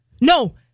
no